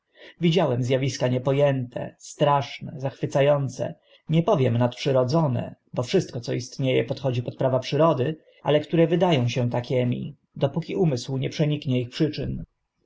widziałem z awiska niepo ęte straszne zachwyca ące nie powiem nadprzyrodzone bo wszystko co istnie e podchodzi pod prawa przyrody ale które wyda ą się takimi dopóki rozum nie przeniknie ich przyczyn